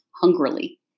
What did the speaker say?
hungrily